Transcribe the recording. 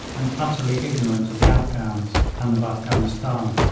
and utterly ignorant of the afghans and of afghanistan.